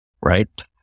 right